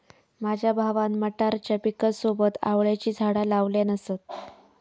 माझ्या भावान मटारच्या पिकासोबत आवळ्याची झाडा लावल्यान असत